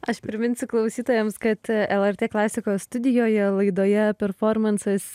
aš priminsiu klausytojams kad lrt klasikos studijoje laidoje performansas